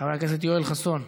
חבר הכנסת יואל חסון,